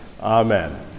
Amen